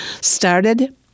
started